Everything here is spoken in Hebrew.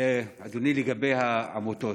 לגבי העמותות,